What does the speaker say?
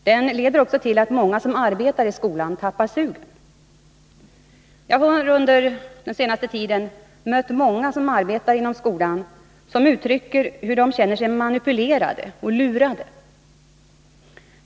Den leder också till att många som arbetar i skolan tappar Nr 8 SUaSn Onsdagen den Jag har under den senaste tiden mött många som arbetar inom skolan och — 15 oktober 1980 som uttrycker att de känner sig manipulerade och lurade.